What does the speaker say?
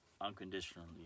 unconditionally